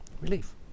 Relief